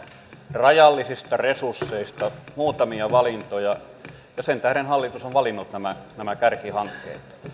rajallisista resursseista muutamia valintoja ja sen tähden hallitus on valinnut nämä kärkihankkeet